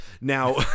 Now